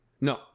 No